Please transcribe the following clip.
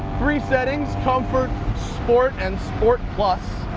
three settings comfort, sport, and sport plus.